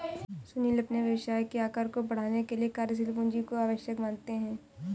सुनील अपने व्यवसाय के आकार को बढ़ाने के लिए कार्यशील पूंजी को आवश्यक मानते हैं